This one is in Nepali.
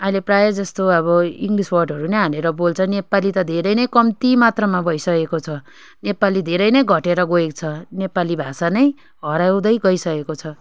अहिले प्राय जस्तो अब इङ्ग्लिस वर्डहरू नै हालेर बोल्छ नेपाली त धेरै नै कम्ती मात्रामा भइसकेको छ नेपाली धेरै नै घटेर गएको छ नेपाली भाषा नै हराउँदै गइसकेको छ